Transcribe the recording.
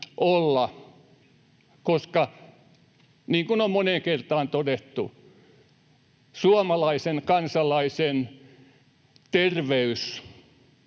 koska, niin kuin on moneen kertaan todettu, suomalaisen kansalaisen terveys